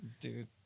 Dude